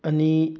ꯑꯅꯤ